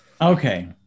Okay